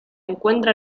encuentra